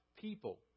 people